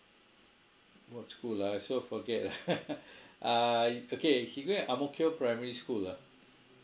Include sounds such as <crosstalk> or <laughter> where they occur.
what school ah I also forget <laughs> err okay he going ang mo kio primary school ah